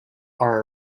are